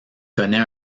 connait